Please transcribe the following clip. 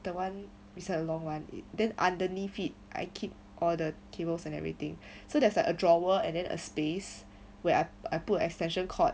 the one beside the long one then underneath it I keep all the cables and everything so there's like a drawer and then a space where I I put extension cord